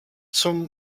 zum